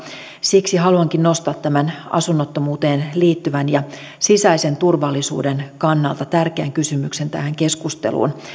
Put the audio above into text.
siksi haluankin nostaa tämän asunnottomuuteen liittyvän ja sisäisen turvallisuuden kannalta tärkeän kysymyksen tähän keskusteluun